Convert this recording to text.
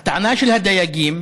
הטענה של הדייגים,